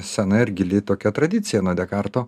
sena ir gili tokia tradicija nuo dekarto